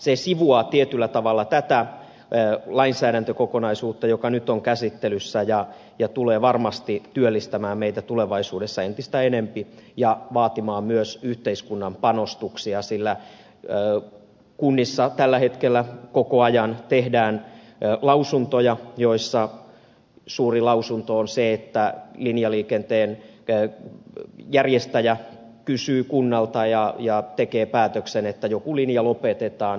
se sivuaa tietyllä tavalla tätä lainsäädäntökokonaisuutta joka nyt on käsittelyssä ja tulee varmasti työllistämään meitä tulevaisuudessa entistä enempi ja vaatimaan myös yhteiskunnan panostuksia sillä kunnissa tällä hetkellä koko ajan tehdään lausuntoja joissa suuri lausunto on se että linjaliikenteen järjestäjä kysyy kunnalta ja tekee päätöksen että joku linja lopetetaan